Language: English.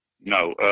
no